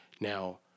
Now